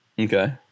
okay